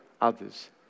others